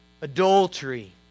adultery